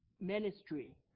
ministry